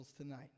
tonight